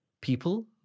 people